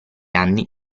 anni